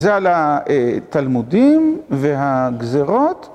זה על התלמודים והגזירות.